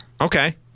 Okay